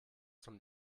zum